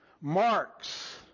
marks